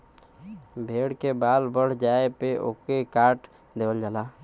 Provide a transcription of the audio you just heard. भेड़ के बाल बढ़ जाये पे ओके काट देवल जाला